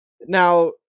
Now